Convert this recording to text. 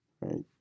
right